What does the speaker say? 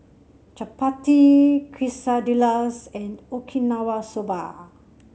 Chapati Quesadillas and Okinawa Soba